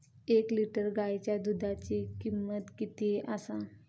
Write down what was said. एक लिटर गायीच्या दुधाची किमंत किती आसा?